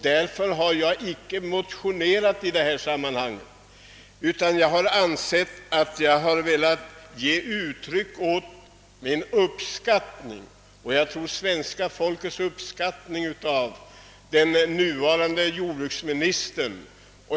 Därför har jag inte motionerat 1 detta sammanhang men jag har velat ge uttryck åt min uppskattning — och jag tror svenska folkets uppskattning — av den nuvarande jordbruksministern.